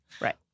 Right